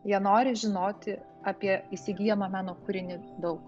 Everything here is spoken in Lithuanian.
jie nori žinoti apie įsigyjamą meno kūrinį daug